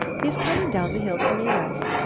he's coming down the hill to meet us.